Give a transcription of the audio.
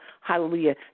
hallelujah